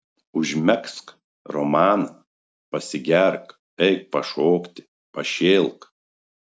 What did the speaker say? užmegzk romaną pasigerk eik pašokti pašėlk